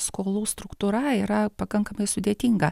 skolų struktūra yra pakankamai sudėtinga